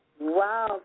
Wow